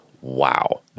wow